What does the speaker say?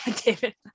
David